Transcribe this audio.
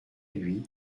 lui